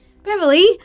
Beverly